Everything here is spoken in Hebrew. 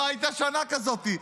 לא הייתה שנה כזאת.